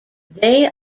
they